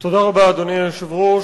אדוני היושב-ראש,